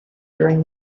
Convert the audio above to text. during